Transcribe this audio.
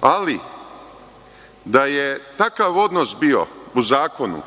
Ali, da je takav odnos bio u zakonu